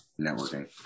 networking